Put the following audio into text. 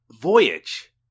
Voyage